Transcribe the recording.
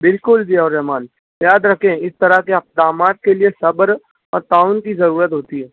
بالکل ضیاء الرّحمان یاد رکھیں اِس طرح کے اقدامات کے لیے صبر اور تعاون کی ضرورت ہوتی ہے